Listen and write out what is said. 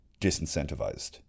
disincentivized